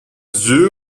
dieu